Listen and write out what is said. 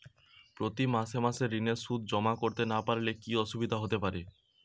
প্রতি মাসে মাসে ঋণের সুদ জমা করতে না পারলে কি অসুবিধা হতে পারে?